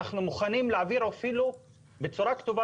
אנחנו מוכנים להעביר אפילו בצורה כתובה